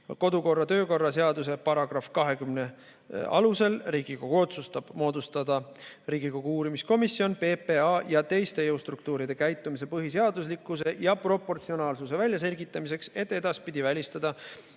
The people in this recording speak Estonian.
kodu- ja töökorra seaduse § 20 alusel Riigikogu otsustab: 1. Moodustada Riigikogu uurimiskomisjon PPA ja teiste jõustruktuuride käitumise seaduslikkuse ja proportsionaalsuse välja selgitamiseks, et edaspidi välistada